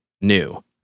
new